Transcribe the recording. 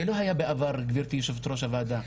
זה לא היה בעבר גבירתי יושבת ראש הוועדה.